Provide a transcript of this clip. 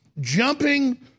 Jumping